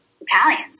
Italians